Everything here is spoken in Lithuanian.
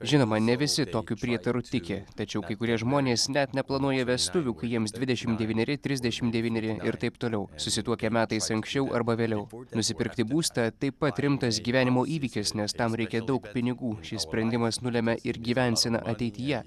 žinoma ne visi tokiu prietaru tiki tačiau kai kurie žmonės net neplanuoja vestuvių kai jiems dvidešim devyneri trisdešim devyneri ir taip toliau susituokia metais anksčiau arba vėliau nusipirkti būstą taip pat rimtas gyvenimo įvykis nes tam reikia daug pinigų šis sprendimas nulemia ir gyvenseną ateityje